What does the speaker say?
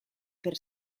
per